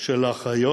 של אחיות,